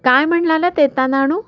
काय म्हणालात येताना आणू